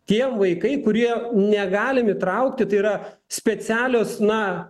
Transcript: tie vaikai kurie negalim įtraukti tai yra specialios na